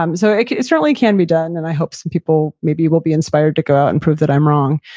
so it like it certainly can be done and i hope some people maybe will be inspired to go out and prove that i'm wrong.